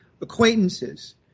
acquaintances